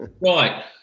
Right